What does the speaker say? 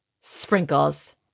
sprinkles